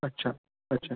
अच्छा अच्छा